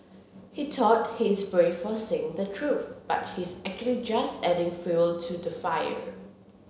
he thought he is brave for saying the truth but he's actually just adding fuel to the fire